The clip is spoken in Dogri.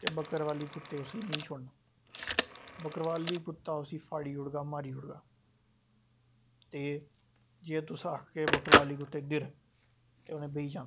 ते बक्करबाली कुत्ते उसगी नेंई छोड़न बकरबाली कुत्ता उसी फाड़ी ओड़दा मारी ओड़दा ते जे तुस आखगे बकरबाली कुते गी दिर ते उनैं बेही जानां